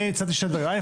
אני הצעתי שני דברים,